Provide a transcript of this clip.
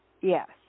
Yes